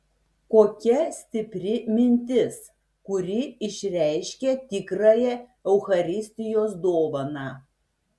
kokia stipri mintis kuri išreiškia tikrąją eucharistijos dovaną